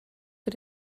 für